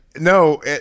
no